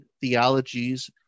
theologies